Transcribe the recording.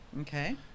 Okay